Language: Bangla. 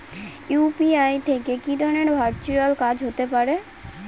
ইউ.পি.আই থেকে কি ধরণের ভার্চুয়াল কাজ হতে পারে?